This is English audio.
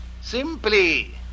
Simply